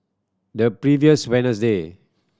the previous day